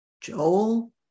Joel